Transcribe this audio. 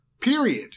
period